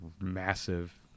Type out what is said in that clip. massive